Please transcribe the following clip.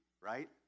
right